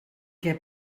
què